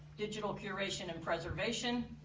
digital curation and preservation,